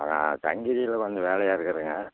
நான் சங்ககிரியில் கொஞ்சம் வேலையாக இருக்கிறேங்க